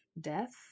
death